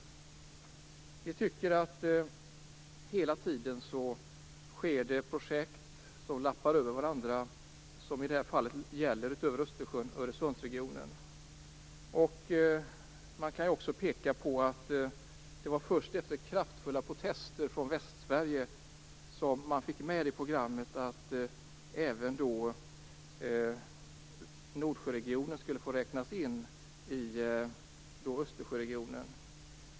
Vi tycker att det hela tiden pågår projekt som lappar över varandra, som i det här fallet då det utöver Östersjön gäller Öresundsregionen. Man kan också peka på att det var först efter kraftfulla protester från Västsverige som man fick med i programmet att även Nordsjöregionen skulle få räknas in i Östersjöregionen.